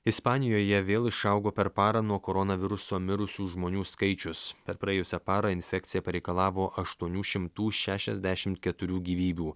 ispanijoje vėl išaugo per parą nuo koronaviruso mirusių žmonių skaičius praėjusią parą infekcija pareikalavo aštuonių šimtų šešiasdešimt keturių gyvybių